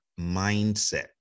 mindset